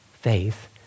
faith